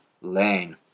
Lane